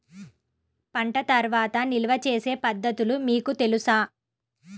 పంట తర్వాత నిల్వ చేసే పద్ధతులు మీకు తెలుసా?